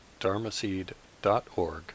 dharmaseed.org